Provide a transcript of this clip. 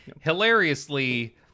Hilariously